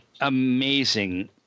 amazing